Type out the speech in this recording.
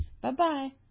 Bye-bye